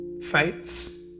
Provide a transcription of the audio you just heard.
fights